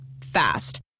Fast